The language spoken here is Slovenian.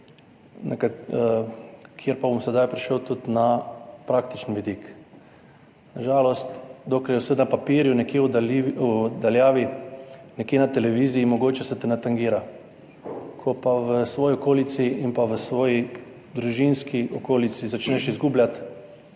čemer pa bom sedaj prišel tudi na praktični vidik. Na žalost, dokler je vse na papirju, nekje v daljavi, nekje na televiziji, se te mogoče ne tangira. Ko pa v svoji okolici in v svoji družinski okolici začneš izgubljati